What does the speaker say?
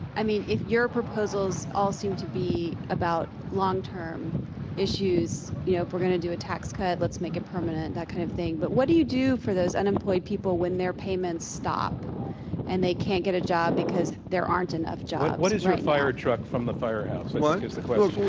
i mean, if your proposals all seem to be about long term issues, you know if we're going to do a tax cut, let's make it permanent, that kind of thing. but what do you do for those unemployed people when their payments stop and they can't get a job because there aren't enough jobs? what is your fire truck from the firehouse i think is the question.